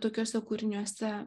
tokiuose kūriniuose